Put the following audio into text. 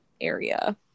area